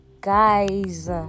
guys